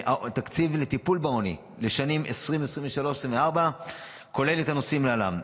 התקציב לטיפול בעוני לשנים 2024-2023 כולל את הנושאים להלן: